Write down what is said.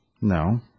No